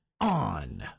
On